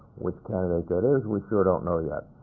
which candidate that is, we sure don't know yet.